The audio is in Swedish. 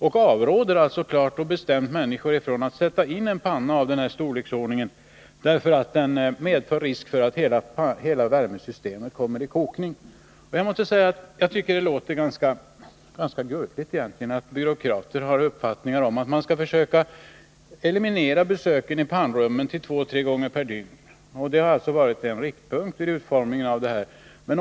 De avråder klart och bestämt människor från att sätta in en panna av den storleksordningen, eftersom den medför risk för att hela värmesystemet kommer i kokning. Däremot tycker jag det egentligen låter ganska gulligt att byråkrater har uppfattningar om att man skall försöka minska antalet besök i pannrummet till två å tre gånger per dygn. Detta har alltså varit en riktpunkt vid utformningen av den här förordningen.